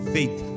Faith